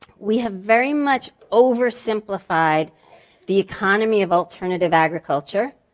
we have very much oversimplified the economy of alternative agriculture